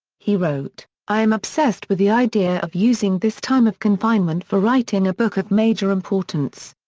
he wrote, i am obsessed with the idea of using this time of confinement for writing a book of major importance.